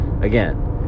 again